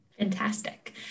Fantastic